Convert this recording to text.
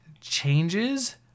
changes